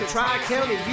Tri-County